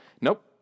Nope